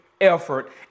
Effort